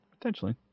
potentially